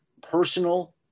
personal